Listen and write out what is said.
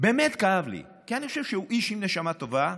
באמת כאב לי, כי אני חושב שהוא איש עם נשמה טובה,